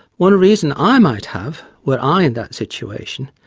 one reason i might have were i in that situation,